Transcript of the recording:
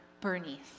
Bernice